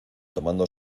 tomando